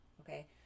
okay